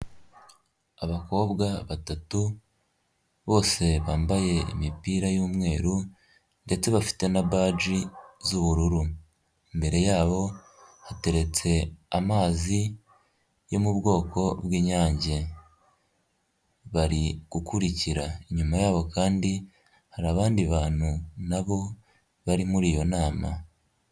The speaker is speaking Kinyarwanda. Abakobwa batatu bose bambaye imipira y'umweru ndetse bafite na baji z'ubururu, imbere yabo hateretse amazi yo mu bwoko bw'Inyange bari gukurikira, inyuma yabo kandi hari abandi bantu na bo bari muri iyo nama.